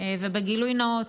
ובגילוי נאות.